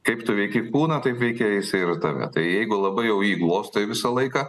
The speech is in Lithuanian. kaip tu veiki kūną taip veikia jisai ir tave tai jeigu labai jau jį glostai visą laiką